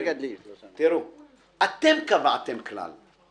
אתם קבעתם כלל.